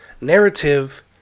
Narrative